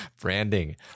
Branding